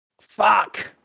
Fuck